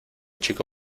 chico